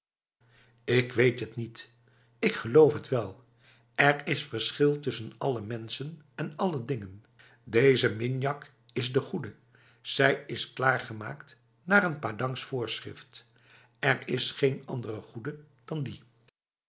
ik weet het niet ik geloof het wel er is verschil tussen alle mensen en alle dingen deze minjak is de goede zij is klaargemaakt naar een padangs voorschrift er is geen andere goede dan die